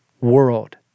world